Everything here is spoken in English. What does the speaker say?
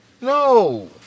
No